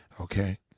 Okay